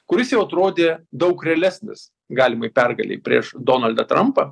kuris jau atrodė daug realesnis galimai pergalei prieš donaldą trampą